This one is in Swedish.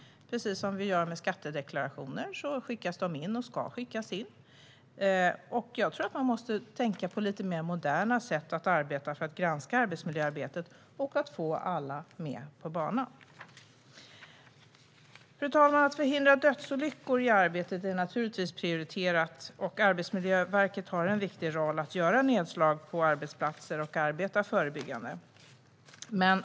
Precis som med skattedeklarationer ska de skickas in. Jag tror att man måste tänka på lite mer moderna sätt att arbeta för att granska arbetsmiljöarbetet och att få alla med på banan. Fru talman! Att förhindra dödsolyckor i arbetet är naturligtvis prioriterat. Arbetsmiljöverket har en viktig roll att göra nedslag på arbetsplatser och arbeta förebyggande.